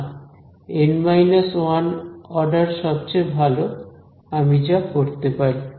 না N 1 order সবচেয়ে ভালো আমি যা করতে পারি